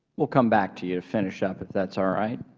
will come back to you to finish up, if that's all right.